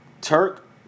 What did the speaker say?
Turk